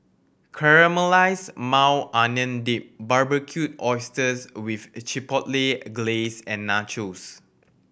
Caramelized Maui Onion Dip Barbecued Oysters with Chipotle Glaze and Nachos